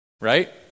right